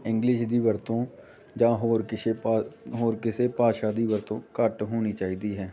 English ਦੀ ਵਰਤੋਂ ਜਾਂ ਹੋਰ ਕਿਸੇ ਭਾ ਹੋਰ ਕਿਸੇ ਭਾਸ਼ਾ ਦੀ ਵਰਤੋਂ ਘੱਟ ਹੋਣੀ ਚਾਹੀਦੀ ਹੈ